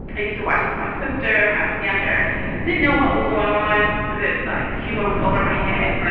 i used to watch with my sister when i was younger didn't know what was going on because of the like the humor was over my head.